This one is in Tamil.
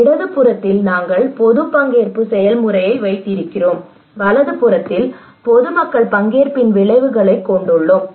இடது புறத்தில் நாங்கள் பொது பங்கேற்பு செயல்முறையை வைத்திருக்கிறோம் வலது புறத்தில் பொதுமக்கள் பங்கேற்பின் விளைவுகளைக் கொண்டுள்ளோம்